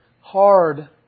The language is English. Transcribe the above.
hard